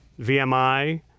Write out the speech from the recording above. VMI